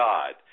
God